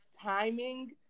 timing